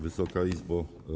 Wysoka Izbo!